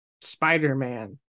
Spider-Man